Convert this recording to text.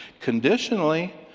conditionally